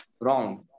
wrong